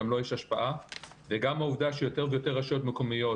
גם לה יש השפעה וגם העובדה שיותר ויותר רשויות מקומיות